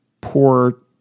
poor